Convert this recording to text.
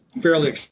fairly